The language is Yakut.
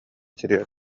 сиригэр